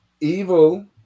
Evil